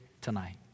tonight